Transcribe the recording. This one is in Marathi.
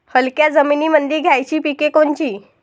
हलक्या जमीनीमंदी घ्यायची पिके कोनची?